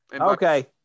Okay